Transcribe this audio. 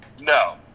No